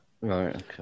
Right